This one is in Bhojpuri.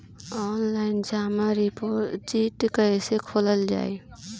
आनलाइन जमा डिपोजिट् कैसे खोलल जाइ?